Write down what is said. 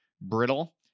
brittle